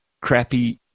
crappy